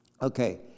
Okay